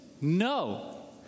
No